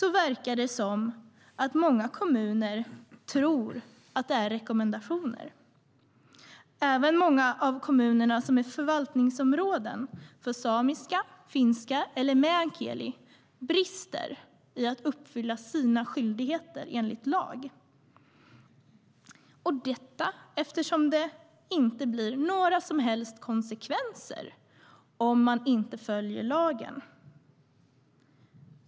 Även många av de kommuner som är förvaltningsområden för samiska, finska eller meänkieli brister när det gäller att uppfylla sina skyldigheter enligt lag. Det beror på att det inte blir några som helst konsekvenser om man inte följer lagen.